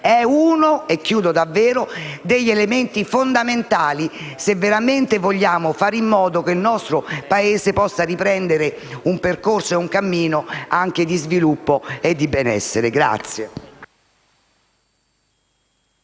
è uno degli elementi fondamentali se veramente vogliamo fare in modo che il nostro Paese possa riprendere un percorso e un cammino di sviluppo e di benessere.